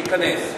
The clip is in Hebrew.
שייכנס.